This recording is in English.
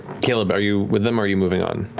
caleb, are you with them or are you moving on?